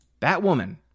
Batwoman